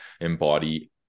embody